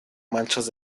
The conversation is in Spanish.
manchas